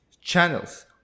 channels